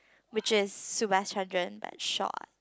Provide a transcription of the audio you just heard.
which is Subhaschandran but short ah